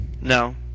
No